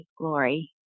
glory